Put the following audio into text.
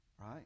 Right